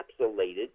encapsulated